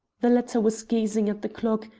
the latter was gazing at the clock,